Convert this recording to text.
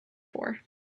for